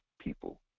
people